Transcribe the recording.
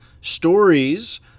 stories